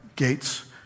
gates